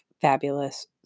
fabulous